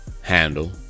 Handle